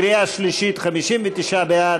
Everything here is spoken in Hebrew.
בקריאה שלישית: 59 בעד,